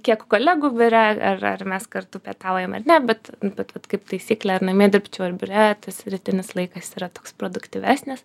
kiek kolegų biure ar ar mes kartu pietaujam ar ne bet bet vat kaip taisyklė ar namie dirbčiau ar biure tas rytinis laikas yra toks produktyvesnis